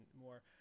more